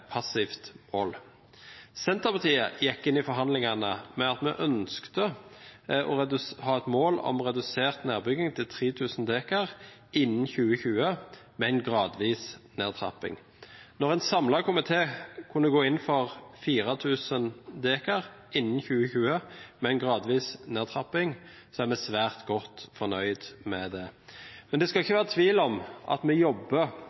mål om redusert nedbygging til 3 000 dekar innen 2020, med en gradvis nedtrapping. Når en samlet komité kunne gå inn for 4 000 dekar innen 2020 med en gradvis nedtrapping, er vi svært godt fornøyd med det. Men det skal ikke være tvil om at vi jobber